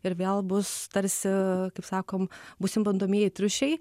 ir vėl bus tarsi kaip sakom būsim bandomieji triušiai